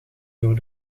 door